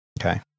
okay